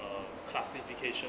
uh classification